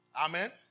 Amen